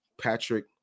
patrick